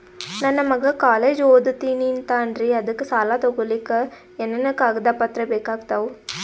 ನನ್ನ ಮಗ ಕಾಲೇಜ್ ಓದತಿನಿಂತಾನ್ರಿ ಅದಕ ಸಾಲಾ ತೊಗೊಲಿಕ ಎನೆನ ಕಾಗದ ಪತ್ರ ಬೇಕಾಗ್ತಾವು?